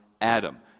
Adam